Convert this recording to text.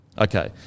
Okay